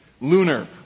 lunar